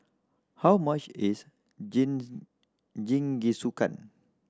how much is Jingisukan